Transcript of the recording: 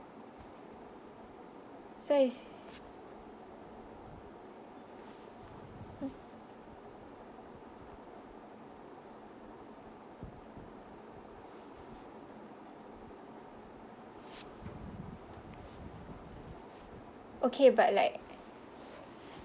so it's mm okay but like